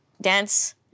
dance